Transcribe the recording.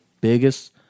biggest